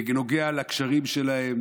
בנוגע לקשרים שלהם